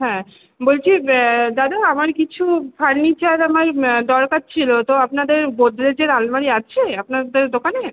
হ্যাঁ বলছি দাদা আমার কিছু ফার্নিচার আমার দরকার ছিল তো আপনাদের গোদরেজের আলমারি আছে আপনাদের দোকানে